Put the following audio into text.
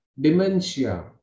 Dementia